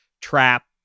trap